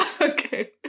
Okay